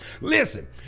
Listen